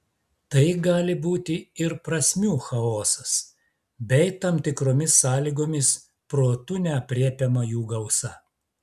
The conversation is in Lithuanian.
tai gali būti ir prasmių chaosas bei tam tikromis sąlygomis protu neaprėpiama jų gausa